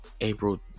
April